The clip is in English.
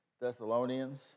Thessalonians